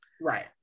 Right